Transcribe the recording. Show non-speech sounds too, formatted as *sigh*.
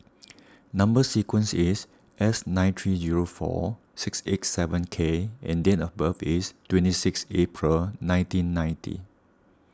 *noise* Number Sequence is S nine three zero four six eight seven K and date of birth is twenty six April nineteen ninety